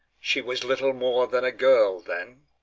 she was little more than a girl then.